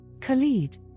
Khalid